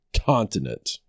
continent